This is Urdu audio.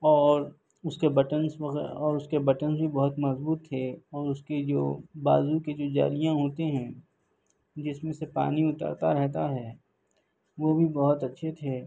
اور اس کے بٹنس وغیرہ اور اس کے بٹنس بھی بہت مضبوط تھے اور اس کی جو بازو کی جو جالیاں ہوتی ہیں جس میں سے پانی اترتا رہتا ہے وہ بھی بہت اچھے تھے